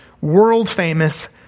world-famous